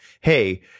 hey